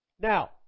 Now